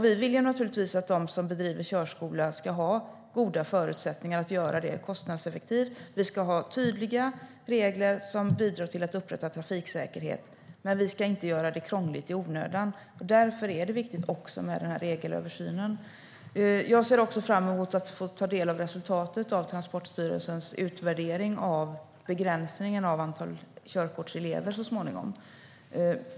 Vi vill naturligtvis att de som driver körskola ska ha goda förutsättningar att göra det kostnadseffektivt. Vi ska ha tydliga regler som bidrar till att upprätthålla trafiksäkerhet, men vi ska inte göra det krångligt i onödan. Därför är det viktigt också med den här regelöversynen. Jag ser också fram emot att ta del av resultatet av Transportstyrelsens utvärdering av begränsningen av antal körkortselever så småningom.